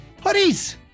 Hoodies